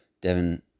Devin